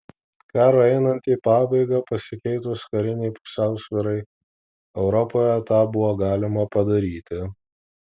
karui einant į pabaigą pasikeitus karinei pusiausvyrai europoje tą buvo galima padaryti